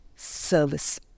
Service